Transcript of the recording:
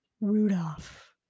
Rudolph